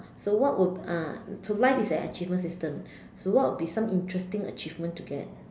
so what would ah so life is an achievement system so what will be some interesting achievement to get